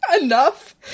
Enough